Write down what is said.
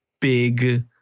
big